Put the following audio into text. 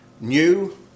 new